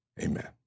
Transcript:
amen